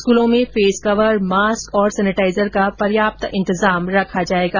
स्कूलों में face cover mask और सेनेटाइजर का पर्याप्त इंतजाम रखा जाएगा